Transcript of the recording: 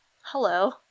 Hello